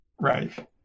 Right